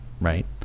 Right